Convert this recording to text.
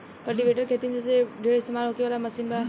cultivator खेती मे सबसे ढेर इस्तमाल होखे वाला मशीन बा